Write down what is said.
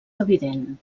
evident